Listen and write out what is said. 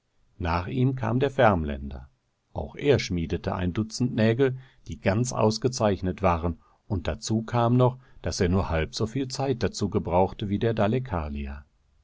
nach ihm kam der värmländer auch er schmiedete ein dutzend nägel die ganz ausgezeichnet waren und dazu kam noch daß er nur halb soviel zeit dazu gebrauchte wie der dalekarlier